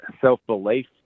self-belief